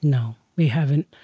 no, we haven't.